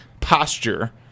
posture